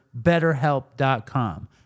betterhelp.com